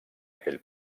aquell